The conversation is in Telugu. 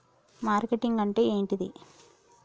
మార్కెటింగ్ అంటే ఏంటిది?